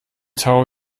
taufe